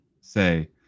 say